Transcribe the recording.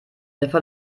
wieder